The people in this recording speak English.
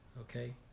okay